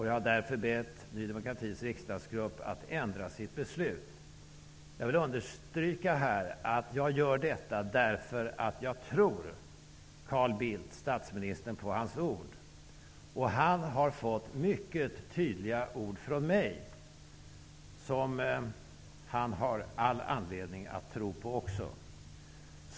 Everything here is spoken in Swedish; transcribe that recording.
Jag har därför bett Ny demokratis riksdagsgrupp att ändra sitt beslut. Jag vill understryka här att jag gör detta därför att jag tror Carl Bildt, statsministern, på hans ord. Och han har fått mycket tydliga ord från mig som han har all anledning att tro på.